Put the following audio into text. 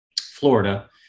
Florida